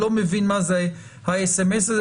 לא מבין מה זה האס.אמ.אס הזה,